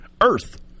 EARTH